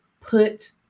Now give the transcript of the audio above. put